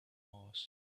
mars